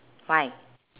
fine